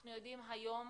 אנחנו יודעים היום